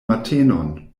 matenon